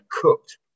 cooked